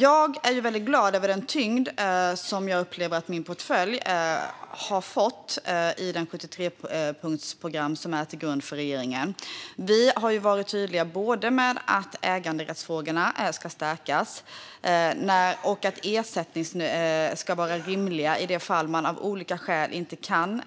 Jag är mycket glad över den tyngd som jag upplever att min portfölj har fått när det gäller det 73-punktsprogram som ligger till grund för regeringen. Vi har varit tydliga med både att äganderättsfrågorna ska stärkas och att ersättningarna ska vara rimliga i de fall som man av olika skäl inte kan